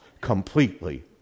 completely